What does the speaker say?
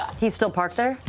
he's still parked there?